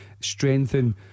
Strengthen